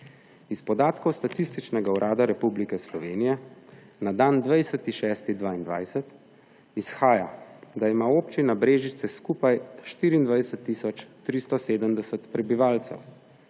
Iz podatkov Statističnega urada Republike Slovenije na dan 20. 6. 2022 izhaja, da ima Občina Brežice skupaj 24 tisoč 370 prebivalcev.